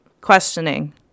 questioning